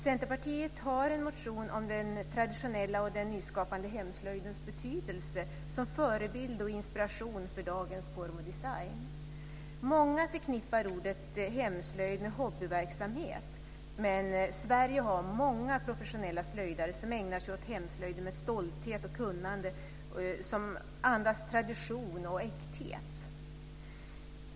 Centerpartiet har väckt en motion om den traditionella och den nyskapande hemslöjdens betydelse som förebild och inspiration för dagens form och design. Många förknippar ordet hemslöjd med hobbyverksamhet, men Sverige har många professionella slöjdare som ägnar sig åt hemslöjden med stolthet och ett kunnande som andas tradition och äkthet.